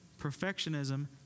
Perfectionism